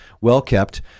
well-kept